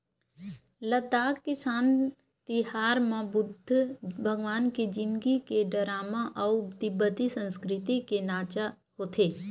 लद्दाख किसान तिहार म बुद्ध भगवान के जिनगी के डरामा अउ तिब्बती संस्कृति के नाचा होथे